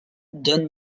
donne